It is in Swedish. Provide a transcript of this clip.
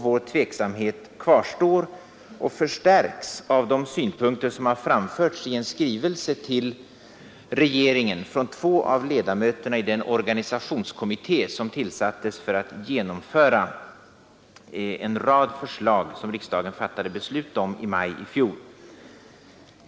Vår tveksamhet kvarstår och förstärks av de synpunkter som har framförts i en skrivelse till regeringen från två av ledamöterna i den organisationskommitté som tillsattes för att genomföra en rad förslag som riksdagen fattade beslut om i maj i fjol.